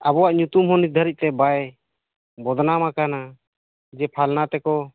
ᱟᱵᱚᱣᱟᱜ ᱧᱩᱛᱩᱢ ᱦᱚᱸ ᱱᱤᱛ ᱫᱷᱟᱹᱨᱤᱡ ᱛᱮ ᱵᱟᱭ ᱵᱚᱫᱽᱱᱟᱢ ᱟᱠᱟᱱᱟ ᱡᱮ ᱯᱷᱟᱞᱱᱟ ᱛᱮᱠᱚ